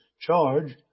charge